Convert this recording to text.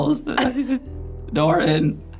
Doran